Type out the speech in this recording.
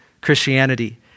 Christianity